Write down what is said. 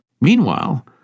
Meanwhile